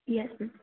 yes ma'am